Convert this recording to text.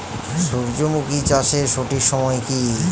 সূর্যমুখী চাষের সঠিক সময় কি?